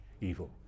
evil